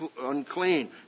unclean